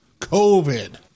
COVID